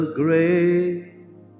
great